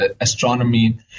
astronomy